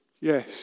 Yes